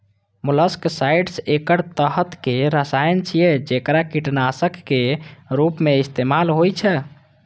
molluscicides एक तरहक रसायन छियै, जेकरा कीटनाशक के रूप मे इस्तेमाल होइ छै